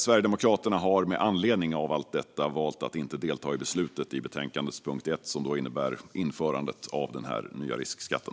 Sverigedemokraterna har med anledning av allt detta valt att inte delta i beslutet om förslagets punkt 1, som gäller införandet av den nya riskskatten.